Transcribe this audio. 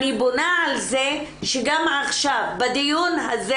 אני בונה על זה שגם עכשיו בדיון הזה